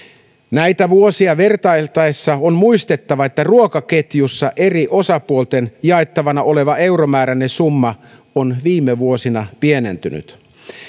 näitä vuosia vertailtaessa on muistettava että ruokaketjussa eri osapuolten jaettavana oleva euromääräinen summa on viime vuosina pienentynyt